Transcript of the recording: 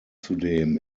zudem